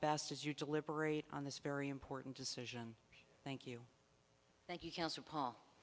best as you deliberate on this very important decision thank you thank you council paul